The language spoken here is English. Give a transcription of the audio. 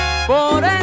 Por